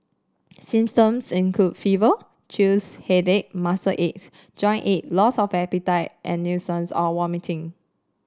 symptoms include fever chills headache muscle aches joint ache loss of appetite and nausea or vomiting